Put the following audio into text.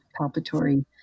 palpatory